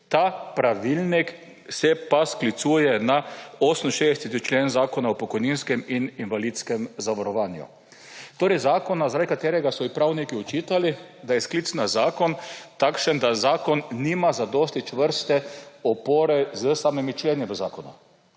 Ta pravilnik se sklicuje na 68. člen Zakona o pokojninskem in invalidskem zavarovanju, torej zakona, zaradi katerega so ji pravniki očitali, da je sklic na zakon takšen, da zakon nima zadosti čvrste opore s samimi členi v zakonu.